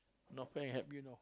not friend help you know